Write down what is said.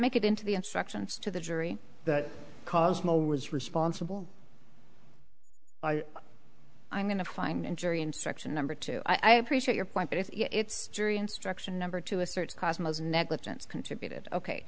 make it into the instructions to the jury that cosmo was responsible i i'm going to find a jury instruction number two i appreciate your point but if it's jury instruction number two a search cosmo's negligence contributed ok